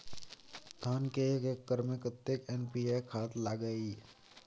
धान के एक एकर में कतेक एन.पी.ए खाद लगे इ?